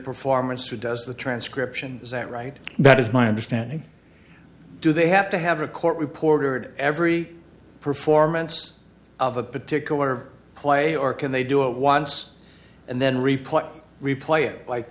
performance who does the transcription is that right that is my understanding do they have to have a court reporter every performance of a particular play or can they do it once and then replay